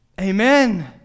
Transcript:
Amen